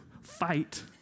fight